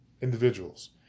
individuals